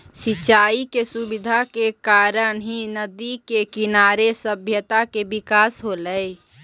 सिंचाई के सुविधा के कारण ही नदि के किनारे सभ्यता के विकास होलइ